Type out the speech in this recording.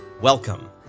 welcome